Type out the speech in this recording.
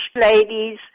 ladies